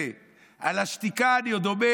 על השתיקה אני עוד אומר,